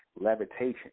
levitation